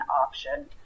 option